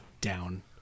Down